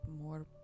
more